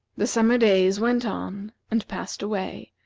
the summer days went on and passed away,